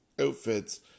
outfits